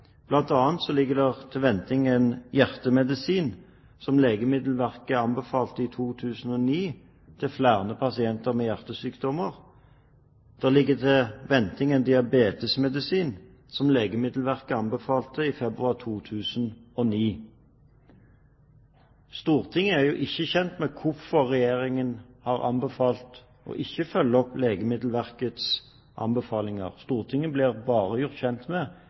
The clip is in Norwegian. ligger det på vent en hjertemedisin som Legemiddelverket anbefalte i 2009 til flere pasienter med hjertesykdommer. Det ligger på vent en diabetesmedisin som Legemiddelverket anbefalte i februar 2009. Stortinget er jo ikke kjent med hvorfor Regjeringen har anbefalt ikke å følge opp Legemiddelverkets anbefalinger. Stortinget blir bare gjort kjent med